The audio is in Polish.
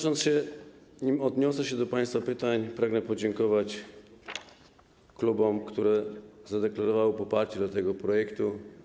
Zanim odniosę się do państwa pytań, pragnę podziękować klubom, które zadeklarowały poparcie dla tego projektu.